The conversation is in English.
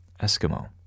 Eskimo